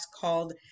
called